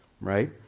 Right